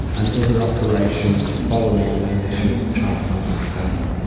and other operations following the initial transplant itself.